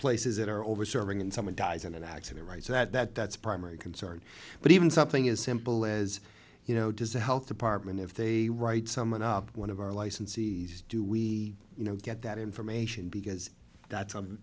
places that are over serving and someone dies in an accident right so that that's a primary concern but even something as simple as you know does the health department if they write someone up one of our licensees do we you know get that information because that